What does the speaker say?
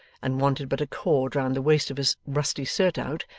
and wanted but a cord round the waist of his rusty surtout,